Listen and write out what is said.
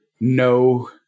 No